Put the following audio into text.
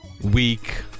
week